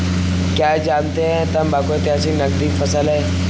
क्या आप जानते है तंबाकू ऐतिहासिक नकदी फसल है